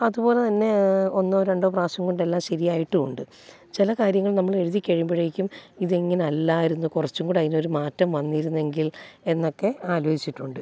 അതുപോലെ തന്നെ ഒന്നോ രണ്ടോ പ്രാവശ്യം കൊണ്ടെല്ലാം ശരിയായിട്ടുണ്ട് ചില കാര്യങ്ങൾ നമ്മളെഴുതിക്കഴിയുമ്പോഴേക്കും ഇതിങ്ങനെയല്ലായിരുന്നു കുറച്ചും കൂടി അതിനൊരു മാറ്റം വന്നിരുന്നെങ്കിൽ എന്നൊക്കെ ആലോചിച്ചിട്ടുണ്ട്